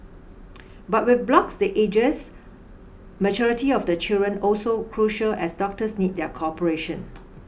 but with blocks the ages maturity of the children also crucial as doctors need their cooperation